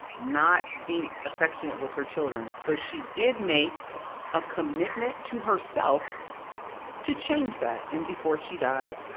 not being affectionate with her children. so she did make a commitment to herself to change that. and before she died,